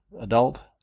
adult